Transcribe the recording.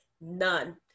none